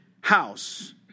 house